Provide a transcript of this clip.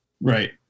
Right